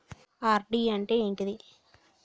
RD అంటే ఏంటిది?